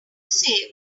say